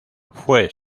fue